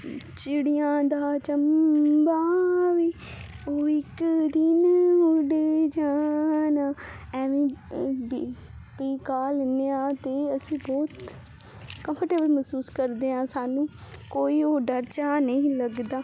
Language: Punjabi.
ਚਿੜੀਆਂ ਦਾ ਚੰਬਾ ਵੇ ਉਹ ਇੱਕ ਦਿਨ ਉੱਡ ਜਾਨਾ ਐਵੇਂ ਬੀ ਗਾ ਲੇਨੇ ਆਂ ਤੇ ਅਸੀਂ ਬਹੁਤ ਕੰਫਰਟੇਬਲ ਮਹਿਸੂਸ ਕਰਦੇ ਆਂ ਸਾਨੂੰ ਕੋਈ ਉਹ ਡਰ ਜਾ ਨਹੀਂ ਲੱਗਦਾ